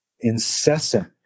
incessant